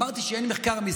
אמרתי שאין מחקר.